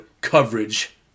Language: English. coverage